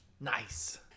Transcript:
Nice